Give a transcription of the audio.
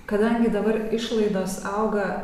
kada dabar išlaidos auga